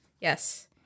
Yes